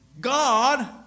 God